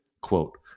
quote